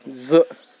زٕ